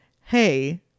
hey